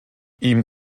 ihm